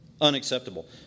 Unacceptable